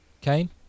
Kane